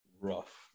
Rough